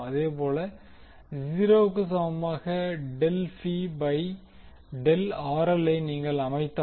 அதேபோல 0 வுக்கு சமமாக டெல் P பை டெல் ஐ நீங்கள் அமைத்தால்